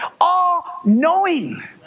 all-knowing